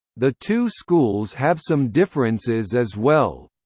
the two schools have some differences as well.